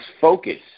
focus